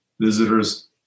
visitors